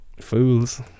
Fools